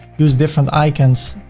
use different icons,